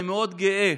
אני מאוד גאה